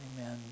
Amen